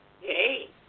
Hey